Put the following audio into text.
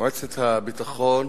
מועצת הביטחון